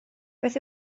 beth